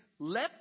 Let